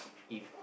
if